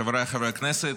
חבריי חברי הכנסת,